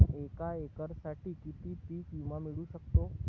एका एकरसाठी किती पीक विमा मिळू शकतो?